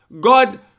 God